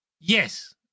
Yes